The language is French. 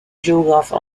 géographe